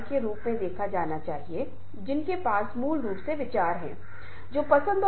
और हम इसे उठाएंगे और हम यह बताएंगे कि यह प्रासंगिक क्यों था और भविष्य में भी क्यों प्रासंगिक होगा